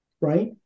right